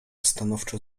stanowczo